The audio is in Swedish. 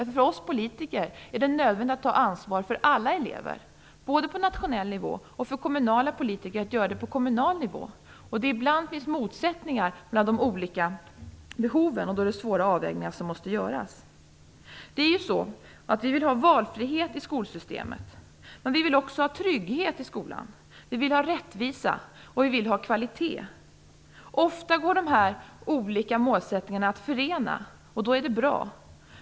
För oss politiker är det nödvändigt att ta ansvar för alla elever - både på nationell nivå, och för kommunala politiker på kommunal nivå. Det finns ibland motsättningar mellan de olika behoven, och då är det svåra avvägningar som måste göras. Vi vill ha valfrihet i skolsystemet, men vi vill också ha trygghet i skolan. Vi vill ha rättvisa, och vi vill ha kvalitet. Ofta går dessa olika målsättningar att förena, och då är det bra.